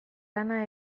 lana